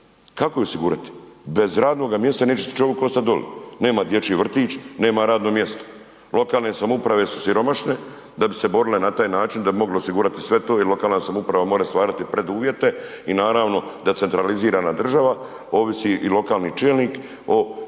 Kako ih osigurati? Bez radnoga mjesta neće ti čovik ostati doli, nema dječji vrtić, nema radno mjesto. Lokalne samouprave su siromašne da bi se borile na taj način da bi mogle osigurati sve to jer lokalna samouprava mora stvarati preduvjete i naravno da centralizirana država, ovisi i lokalni čelnik o centralnoj